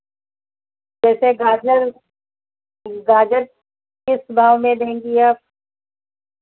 जैसे गाजर गाजर किस भाव में देंगी आप